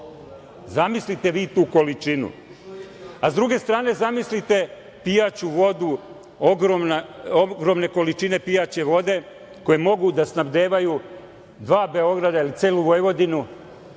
Zamislite vi tu količinu. S druge strane zamislite pijaću vodu, ogromne količine pijaće vode koje mogu da snabdevaju dve Beograda ili celu Vojvodinu